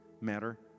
matter